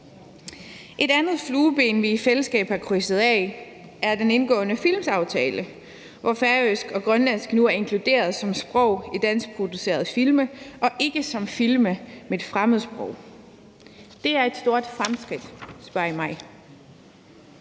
Et andet flueben, vi i fællesskab har sat, er den indgåede filmaftale, hvor færøsk og grønlandsk nu er inkluderet som sprog i danskproducerede film og ikke som film med et fremmedsprog. Det er et stort fremskridt, hvis I spørger mig.